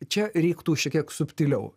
čia reiktų šiek tiek subtiliau